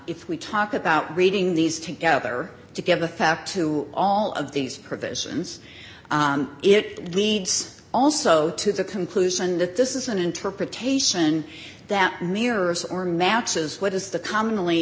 f we talk about reading these together to give a fact to all of these provisions it leads also to the conclusion that this is an interpretation that mirrors or matches what is the commonly